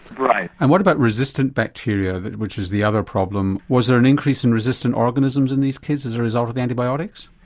right. and what about resistant bacteria which is the other problem was there an increase in resistant organisms in these kids as a result of the antibiotics?